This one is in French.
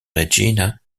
regina